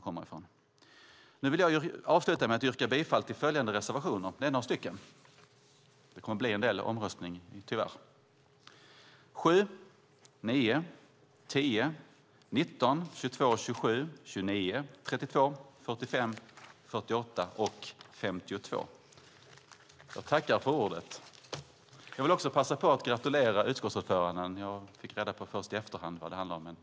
Jag vill avsluta med att yrka bifall till följande reservationer - de är några, det kommer att bli en del omröstningar, tyvärr: 7, 9, 10, 19, 22, 27, 29, 32, 45, 48 och 52. Jag vill passa på att gratulera utskottsordföranden. Jag fick reda på först i efterhand vad det handlade om. Grattis!